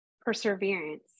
perseverance